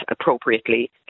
appropriately